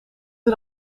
het